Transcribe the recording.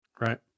right